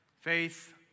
faith